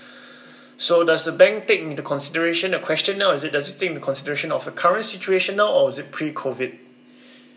so does the bank take into consideration the question now is it does it take into consideration of the current situation now or is it pre COVID